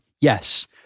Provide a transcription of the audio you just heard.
yes